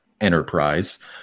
enterprise